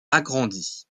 agrandie